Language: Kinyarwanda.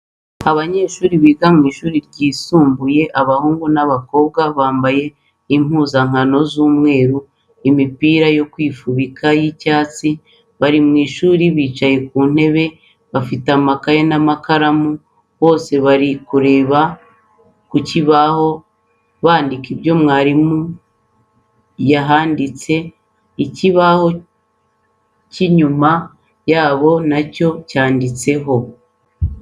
Abanyeshuri biga w'ishuri ryisumbuye abahungu n'abakobwa bambaye impuzankano z'umweru n'imipira yo kwifubika y'icyatsi bari mw'ishuri bicaye ku ntebe bafite amakaye n'amakaramu bose barimo kureba ku kibaho bandika ibyo mwarimu yahanditse, ikibaho cy'inyuma yabo nacyo cyanditseho.